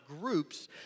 groups